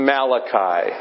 Malachi